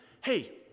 Hey